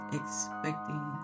expecting